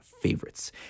favorites